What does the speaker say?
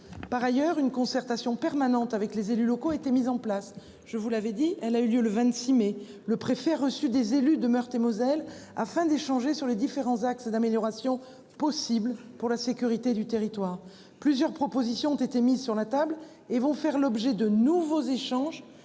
Par ailleurs, une concertation permanente avec les élus locaux ont été mises en place, je vous l'avez dit, elle a eu lieu le 26 mai, le préfet reçu des élus de Meurthe-et-Moselle afin d'échanger sur les différents axes d'amélioration possibles pour la sécurité du territoire, plusieurs propositions ont été mises sur la table et vont faire l'objet de nouveaux échanges